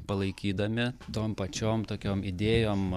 palaikydami tom pačiom tokiom idėjom